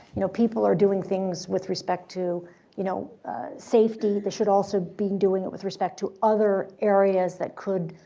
you know people are doing things with respect to you know safety, they should also be doing it with respect to other areas that could